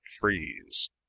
freeze